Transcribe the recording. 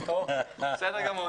בסדר גמור.